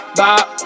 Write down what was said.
bop